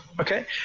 Okay